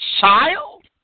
child